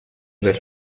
dels